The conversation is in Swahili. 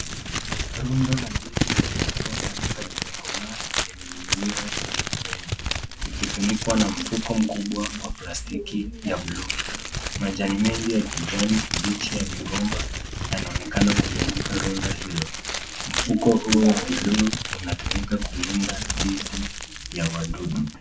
Rundo la ndizi lilokuwa bado halijakomaa limening'inia kwenye mmea likifunikwa na mfuko mkubwa wa plastiki ya buluu. Majani mengi ya kijani kibichi ya migomba yanaonekana kuzunguka rundo hilo. Mfuko huu wa buluu unatumika kulinda dhidi ya wadudu.